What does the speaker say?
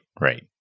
right